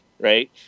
right